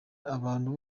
abantu